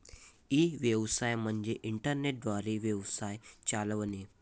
E व्यवसाय म्हणजे internet द्वारे व्यवसाय चालवणे